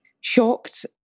shocked